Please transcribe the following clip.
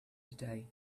today